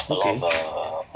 okay